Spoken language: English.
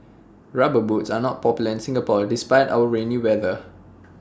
rubber boots are not popular in Singapore despite our rainy weather